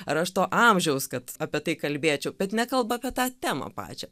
ar aš to amžiaus kad apie tai kalbėčiau bet nekalba apie tą temą pačią